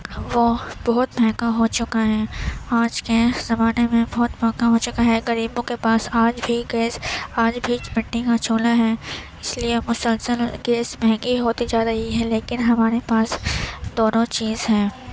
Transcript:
وہ بہت مہنگا ہو چکا ہے آج کے زمانے میں بہت مہنگا ہو چکا ہے غریبوں کے پاس آج بھی گیس آج بھی مٹی کا چولہا ہے اس لیے مسلسل گیس مہنگی ہوتی جا رہی ہے لیکن ہمارے پاس دونوں چیز ہیں